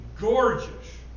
gorgeous